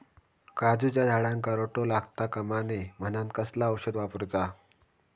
काजूच्या झाडांका रोटो लागता कमा नये म्हनान कसला औषध वापरूचा?